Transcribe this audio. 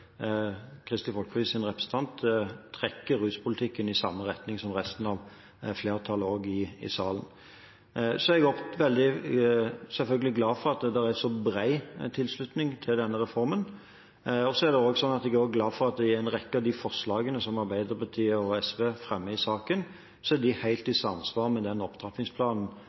Kristelig Folkepartis representant trekker ruspolitikken i den sammen retningen som resten av flertallet i salen. Jeg er selvfølgelig glad for at det er en så bred tilslutning til denne reformen. Jeg er også glad for at en rekke av de forslagene som Arbeiderpartiet og SV fremmer i saken, er helt i samsvar med den opptrappingsplanen